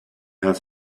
has